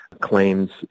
claims